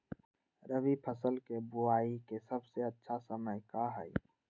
रबी फसल के बुआई के सबसे अच्छा समय का हई?